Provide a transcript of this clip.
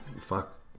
Fuck